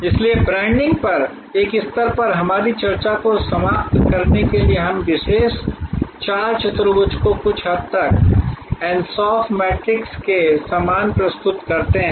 इसलिए ब्रांडिंग पर इस स्तर पर हमारी चर्चा को समाप्त करने के लिए हम इस विशेष चार चतुर्भुज को कुछ हद तक ansoff मैट्रिक्स के समान प्रस्तुत करते हैं